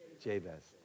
Jabez